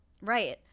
Right